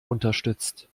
unterstützt